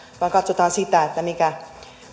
vaan katsotaan sitä mikä